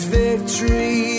victory